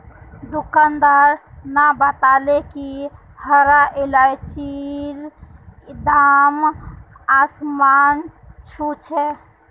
दुकानदार न बताले कि हरा इलायचीर दाम आसमान छू छ